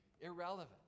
irrelevant